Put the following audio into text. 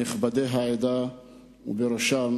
נכבדי העדה ובראשם